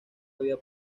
había